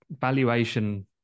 Valuation